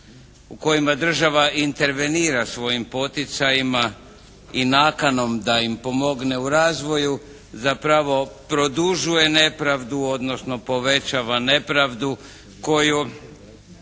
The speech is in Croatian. u kojima država intervenira svojim poticajima i nakanom da im pomogne u razvoju zapravo produžuje nepravdu, odnosno povećava nepravdu koja